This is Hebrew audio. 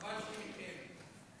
חבל שהיא מתקיימת.